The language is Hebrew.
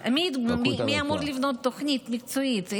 אז מי אמור לבנות תוכנית מקצועית,